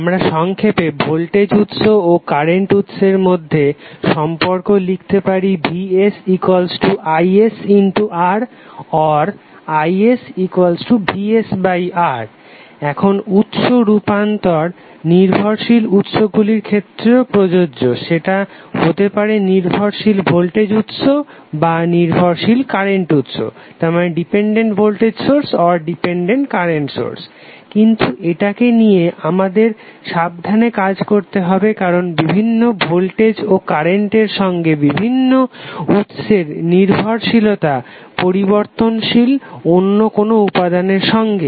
আমরা সংক্ষেপে ভোল্টেজ উৎস ও কারেন্ট উৎসের মধ্যে সম্পর্ক লিখতে পারি vsisR or isvsR এখন উৎস রূপান্তর নির্ভরশীল উৎসগুলির ক্ষেত্রেও প্রযোজ্য সেটা হতে পারে নির্ভরশীল ভোল্টেজ উৎস বা নির্ভরশীল কারেন্ট উৎস কিন্তু এটাকে নিয়ে আমাদের সাবধানে কাজ করতে হবে কারণ বিভিন্ন ভোল্টেজ ও কারেন্ট এর সঙ্গে বিভিন্ন উৎসের নির্ভরশীলতা পরিবর্তনশীল অন্য কোনো উপাদানের সঙ্গে